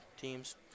teams